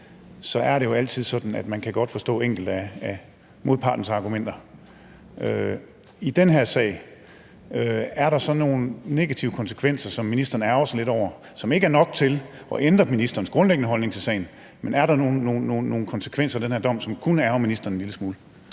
sag, er det jo altid sådan, at man godt kan forstå enkelte af modpartens argumenter. Er der i den her sag nogle negative konsekvenser, som ministeren ærgrer sig lidt over, men som ikke er nok til at ændre ministerens grundlæggende holdning til sagen, altså nogle konsekvenser af den her dom, som kunne ærgre ministeren en lille smule?